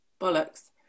bollocks